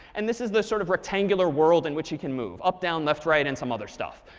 and this is the sort of rectangular world in which you can move up, down, left, right and some other stuff.